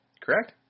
correct